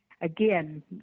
again